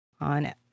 on